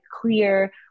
clear